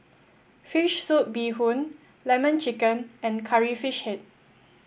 Fish Soup Bee Hoon Lemon Chicken and Curry Fish Head